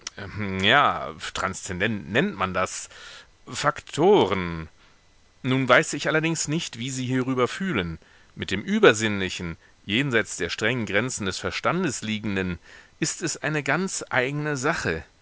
transzendent nennt man das faktoren nun weiß ich ja allerdings nicht wie sie hierüber fühlen mit dem übersinnlichen jenseits der strengen grenzen des verstandes liegenden ist es eine ganz eigene sache